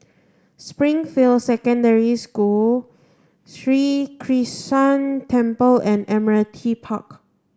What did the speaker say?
Springfield Secondary School Sri Krishnan Temple and Admiralty Park